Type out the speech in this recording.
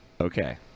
Okay